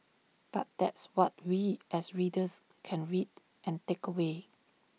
but that's what we as readers can read and take away